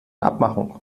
abmachung